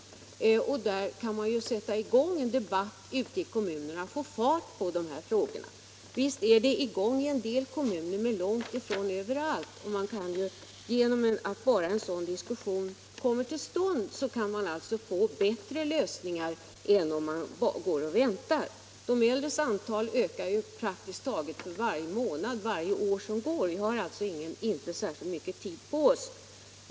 Vi borde därför sätta i gång en debatt i kommunerna så att det blev fart på dessa frågor. Visst är debatten i gång i en del kommuner men långt ifrån överallt. Bara genom att en sådan diskussion kom till stånd kunde man få fram bättre lösningar än om man går och väntar. De äldres antal ökar praktiskt taget för varje månad och år som går. Vi har alltså inte särskilt mycket tid på oss.